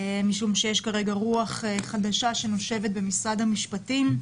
יש כרגע רוח חדשה שנושבת במשרד המשפטים.